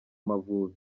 mavubi